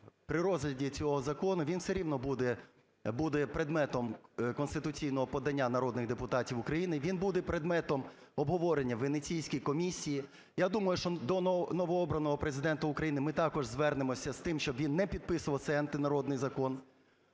При розгляді цього закону, він все рівно буде предметом конституційного подання народних депутатів України, він буде предметом обговорення в Венеційській комісії. Я думаю, що до новообраного Президента України ми також звернемося з тим, щоб він не підписував цей антинародний закон.